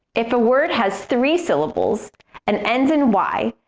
if a word has three syllables and ends in y,